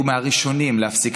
הם היו מהראשונים להיפגע,